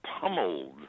pummeled